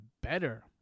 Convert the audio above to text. better